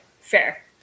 Fair